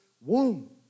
womb